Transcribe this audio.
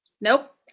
Nope